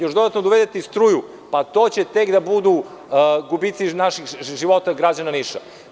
Još dodatno da uvedete i struju, pa to će tek da budu gubici života naših građana Niša.